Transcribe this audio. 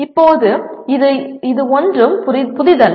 இப்போது இது ஒன்றும் புதிதல்ல